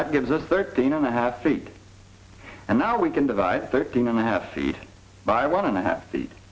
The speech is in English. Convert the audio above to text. that gives us thirteen and a half feet and now we can divide thirteen and a half feet by one and a half feet